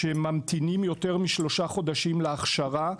שממתינים יותר משלושה חודשים להכשרה,